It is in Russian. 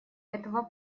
этого